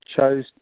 chose